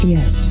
Yes